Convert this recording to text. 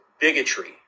bigotry